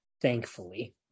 thankfully